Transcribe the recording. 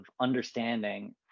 understanding